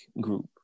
group